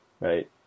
right